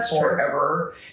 forever